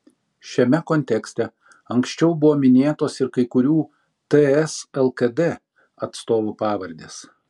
šiame kontekste anksčiau buvo minėtos ir kai kurių ts lkd atstovų pavardės